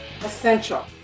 essential